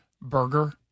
burger